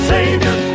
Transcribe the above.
Savior